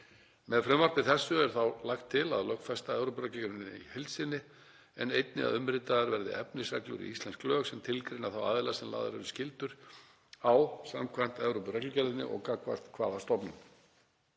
Með frumvarpi þessu er lagt til að lögfesta Evrópureglugerðina í heild sinni en einnig að umritaðar verði efnisreglur í íslensk lög sem tilgreina þá aðila sem lagðar eru skyldur á samkvæmt Evrópureglugerðinni og gagnvart hvaða stofnun.